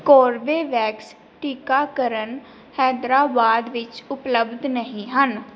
Corbevax ਟੀਕਾਕਰਨ ਹੈਦਰਾਬਾਦ ਵਿੱਚ ਉਪਲਬਧ ਨਹੀਂ ਹਨ